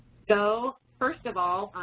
so first of all,